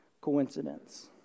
Coincidence